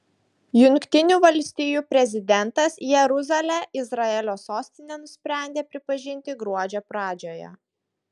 jungtinių valstijų prezidentas jeruzalę izraelio sostine nusprendė pripažinti gruodžio pradžioje